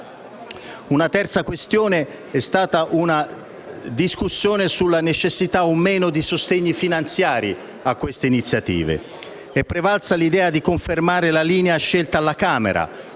Una terza questione ha riguardato la discussione sulla necessità o no di sostegni finanziari a queste iniziative; è prevalsa l'idea di confermare la linea scelta alla Camera